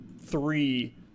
three